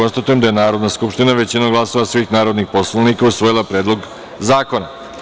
Konstatujem da je Narodna skupština većinom glasova svih narodnih poslanika usvojila Predlog zakona.